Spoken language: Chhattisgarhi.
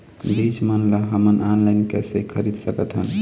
बीज मन ला हमन ऑनलाइन कइसे खरीद सकथन?